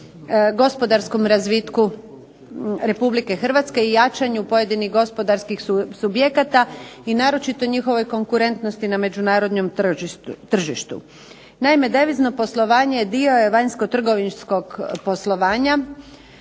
gospodarskom razvitku Republike Hrvatske i jačanje gospodarskih subjekata i naročito njihove konkurentnosti na međunarodnom tržištu. Naime, devizno poslovanje je dio vanjsko trgovinskog poslovanja,